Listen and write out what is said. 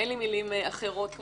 אין לי מילים אחרות.